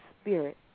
spirit